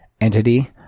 entity